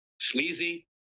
Sleazy